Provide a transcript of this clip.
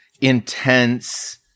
intense